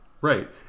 Right